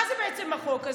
מה החוק הזה?